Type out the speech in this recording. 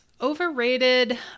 Overrated